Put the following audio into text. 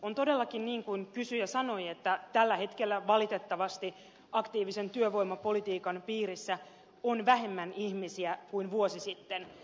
on todellakin niin kuin kysyjä sanoi että tällä hetkellä valitettavasti aktiivisen työvoimapolitiikan piirissä on vähemmän ihmisiä kuin vuosi sitten